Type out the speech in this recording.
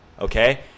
Okay